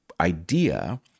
idea